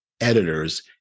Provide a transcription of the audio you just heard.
editors